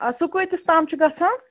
آ سُہ کۭتِس تام چھُ گَژھان